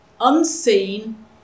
unseen